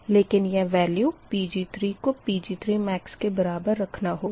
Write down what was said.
लेकिन यह value Pg3 को Pg3max के बराबर रखना होगा